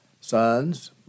sons